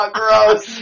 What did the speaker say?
gross